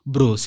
Bro